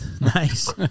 Nice